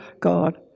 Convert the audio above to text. God